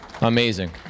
Amazing